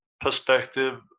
perspective